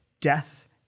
death